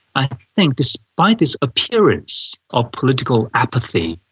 i think despite this appearance of political apathy,